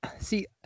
See